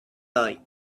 mate